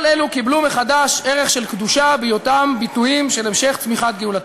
כל אלו קיבלו מחדש ערך של קדושה בהיותם ביטויים של המשך צמיחת גאולתנו.